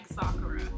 Sakura